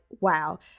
wow